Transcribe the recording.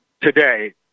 today